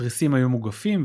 התריסים היו מוגפים,